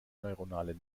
neuronale